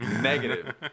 negative